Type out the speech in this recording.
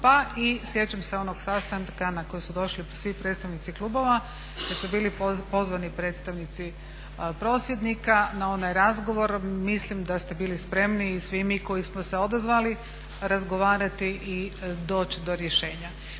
pa i sjećam se onog sastanka na koji su došli svi predstavnici klubova kad su bili pozvani predstavnici prosvjednika na onaj razgovor. Mislim da ste bili spremni i svi mi koji smo se odazvali razgovarati i doći do rješenja.